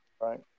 right